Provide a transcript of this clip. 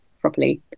properly